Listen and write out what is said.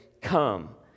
come